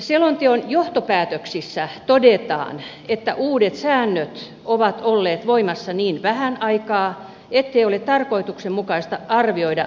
selonteon johtopäätöksissä todetaan että uudet säännöt ovat olleet voimassa niin vähän aikaa ettei ole tarkoituksenmukaista arvioida sääntelyjen sisältöjä